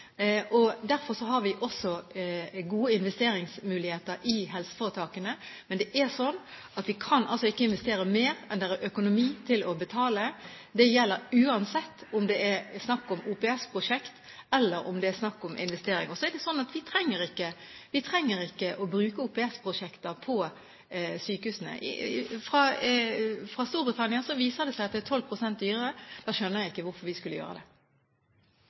Derfor har vi også gode investeringsmuligheter i helseforetakene. Men vi kan ikke investere mer enn det er økonomi til å betale. Det gjelder uansett om det er snakk om OPS-prosjekt, eller om det er snakk om investering. Så er det sånn at vi trenger ikke å bruke OPS-prosjekter når det gjelder sykehusene. Fra Storbritannia viser det seg at det er 12 pst. dyrere. Da skjønner jeg ikke hvorfor vi skulle gjøre det.